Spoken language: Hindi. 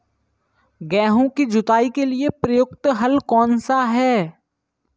गेहूँ की जुताई के लिए प्रयुक्त हल कौनसा है?